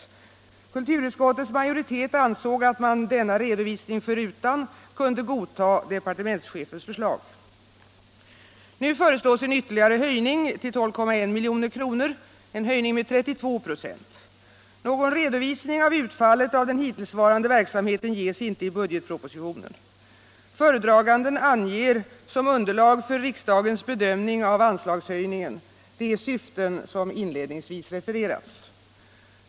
Kulturutskottets majoritet ansåg att man, denna redovisning förutan, kunde godta departementschefens förslag. Nu föreslås en ytterligare höjning till 12,1 milj.kr. — en höjning med 32 96. Någon redovisning av utfallet av den hittillsvarande verksamheten ges inte i budgetpropositionen. Föredraganden anger som underlag för riksdagens bedömning av anslagshöjningen de syften som inledningsvis refererats.